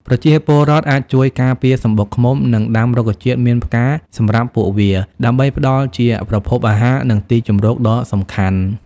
ប្រជាពលរដ្ឋអាចជួយការពារសម្បុកឃ្មុំ និងដាំរុក្ខជាតិមានផ្កាសម្រាប់ពួកវា ដើម្បីផ្ដល់ជាប្រភពអាហារ និងទីជម្រកដ៏សំខាន់។